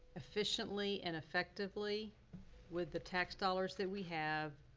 efficiently and effectively with the tax dollars that we have,